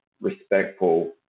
respectful